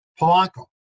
Polanco